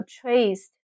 traced